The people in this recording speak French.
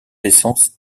essences